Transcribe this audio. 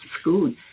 school